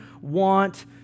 want